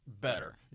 better